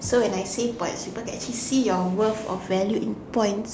so when I say possible get to see your worth of value in points